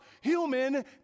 human